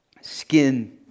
skin